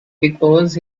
because